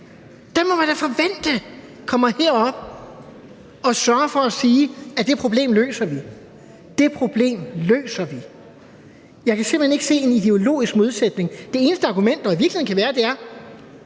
indholdet i forslaget, kommer herop og sørger for at sige, at det problem løser vi. Det må man da forvente. Jeg kan simpelt hen ikke se en ideologisk modsætning. Det eneste argument, der i virkeligheden kan være, er,